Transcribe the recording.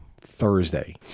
Thursday